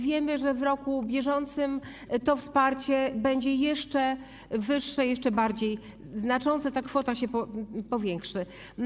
Wiemy, że w roku bieżącym to wsparcie będzie jeszcze wyższe, jeszcze bardziej znaczące, ta kwota zostanie zwiększona.